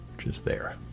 which is there,